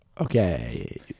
Okay